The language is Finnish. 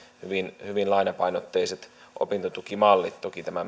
hyvin hyvin lainapainotteiset opintotukimallit toki tämä